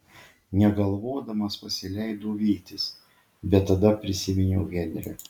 negalvodamas pasileidau vytis bet tada prisiminiau henrį